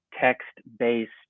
text-based